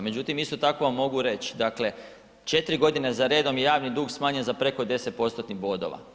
Međutim, isto tako vam mogu reć, dakle 4 g. za redom je javni dug smanjen za preko 10%-tnih bodova.